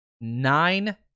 nine